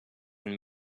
and